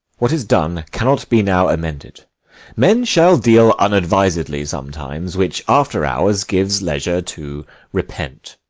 what is done cannot be now amended men shall deal unadvisedly sometimes, which after-hours gives leisure to repent.